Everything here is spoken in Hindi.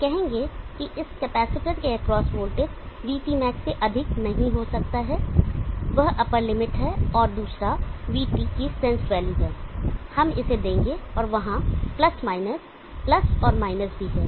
हम कहेंगे कि इस कैपेसिटर के एक्रॉस वोल्टेज VTmax से अधिक नहीं हो सकता है वह अपर लिमिट है और दूसरा VT की सेंसड वैल्यू है हम इसे देंगे और वहां प्लस माइनस प्लस और माइनस भी है